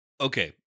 Okay